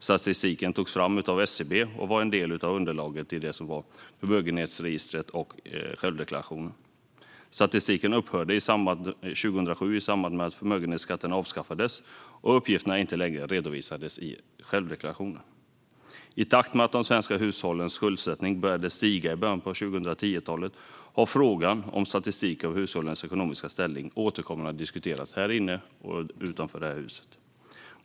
Statistiken togs fram av SCB och var en del av underlaget till förmögenhetsregistret och självdeklarationen. Statistiken upphörde 2007 i samband med att förmögenhetsskatten avskaffades och uppgifterna inte längre redovisades i självdeklarationen. I takt med att de svenska hushållens skuldsättning började stiga i början av 2010-talet har frågan om statistik över hushållens ekonomiska ställning återkommande diskuterats här inne och utanför detta hus.